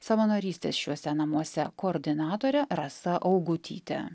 savanorystės šiuose namuose koordinatore rasa augutyte